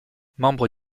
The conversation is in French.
membre